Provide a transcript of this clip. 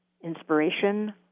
inspiration